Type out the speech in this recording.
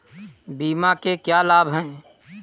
बीमा के क्या क्या लाभ हैं?